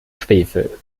schwefel